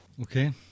Okay